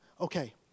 okay